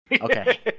Okay